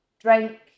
drink